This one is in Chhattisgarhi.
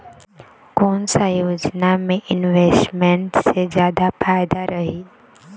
कोन सा योजना मे इन्वेस्टमेंट से जादा फायदा रही?